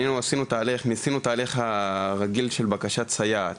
ניסינו תהליך רגיל של בקשת סייעת,